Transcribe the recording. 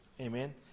Amen